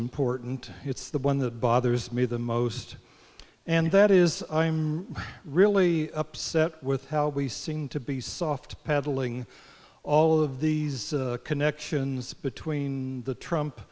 important it's the one that bothers me the most and that is i'm really upset with how we sing to be soft pedaling all of these connections between the trump